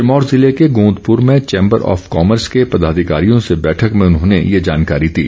सिरमौर जिले के गोंदपुर में चैंबर ऑफ कॉमर्स के पदाधिकारियों से बैठक में उन्होंने ये जानकारी दी